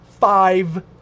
five